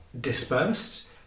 dispersed